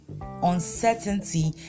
uncertainty